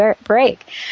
break